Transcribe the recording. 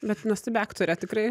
bet nuostabi aktorė tikrai